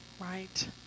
right